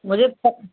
मुझे प